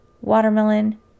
watermelon